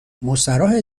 مستراحه